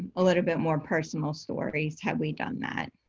a little bit more personal stories had we done that.